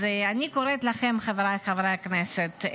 אז אני קוראת לכם, חבריי חברי הכנסת,